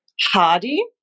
hardy